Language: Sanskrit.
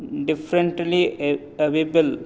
डिफ़्रेण्ट्ली एव एवेबल्